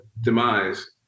demise